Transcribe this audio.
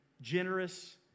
generous